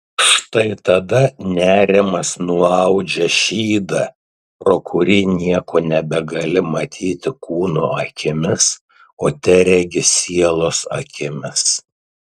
štai tada nerimas nuaudžia šydą pro kurį nieko nebegali matyti kūno akimis o teregi sielos akimis